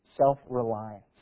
self-reliance